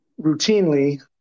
routinely